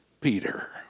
Peter